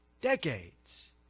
decades